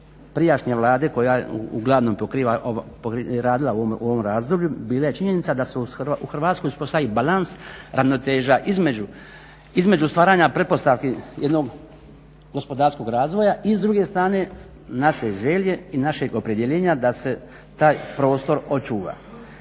prijašnje Vlade koja uglavnom pokriva, je radila u ovom razdoblju bila je činjenica da se u Hrvatskoj uspostavi balans, ravnoteža između stvaranja pretpostavki jednog gospodarskog razvoja i s druge strane naše želje i našeg opredjeljenja da se taj prostor očuva.